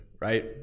right